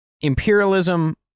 imperialism